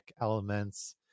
elements